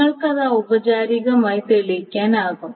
നിങ്ങൾക്ക് അത് ഔപചാരികമായി തെളിയിക്കാനാകും